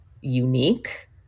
unique